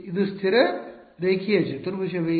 ಇದು ಸ್ಥಿರ ರೇಖೀಯ ಚತುರ್ಭುಜವೇ